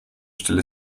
stelle